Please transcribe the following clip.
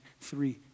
three